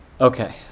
okay